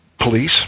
Police